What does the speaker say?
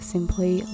Simply